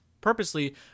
purposely